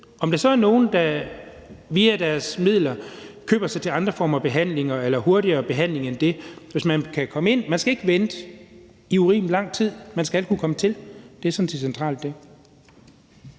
Så er der nogle, der via deres midler køber sig til andre former for behandlinger eller hurtigere behandling. Man skal ikke vente i urimelig lang tid; man skal kunne komme til. Det er sådan det centrale i det.